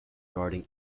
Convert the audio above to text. guarding